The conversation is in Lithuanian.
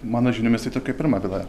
mano žiniomis tai tokia pirma byla